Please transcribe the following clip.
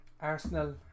Arsenal